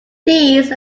these